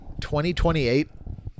2028